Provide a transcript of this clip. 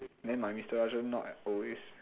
then my mister Rajan not at always